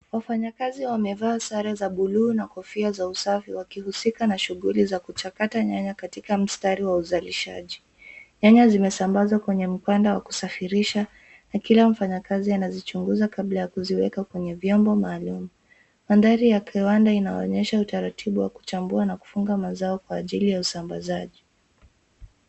Wafanyakazi wamevaa sare za buluu na kofia za usafi wakihusika na shughuli za kuchakata nyanya katika mstari wa uzalishaji. Nyanya zimesambazwa kwenye mpanda wa kusafirisha na kila mfanyakazi anazichunguza kabla ya kuziweka kwenye vyombo maalum. Mandhari ya kiwanda inaonyesha utaratibu wa kuchambua na kufunga mazao kwa ajili ya usambazaji.